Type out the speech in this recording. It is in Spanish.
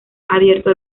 abierto